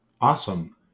Awesome